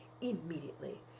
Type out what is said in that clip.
immediately